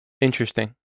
interesting